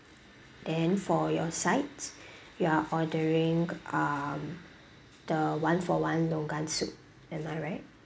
then for your sides you're ordering um the one-for-one longan soup am I right